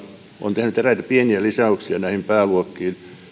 on tehnyt eräitä pieniä lisäyksiä näihin pääluokkiin nämä